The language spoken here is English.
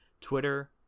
Twitter